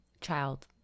Child